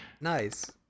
Nice